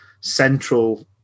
central